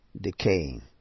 decaying